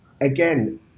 again